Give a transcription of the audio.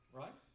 right